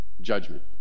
judgment